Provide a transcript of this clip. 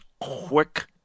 quick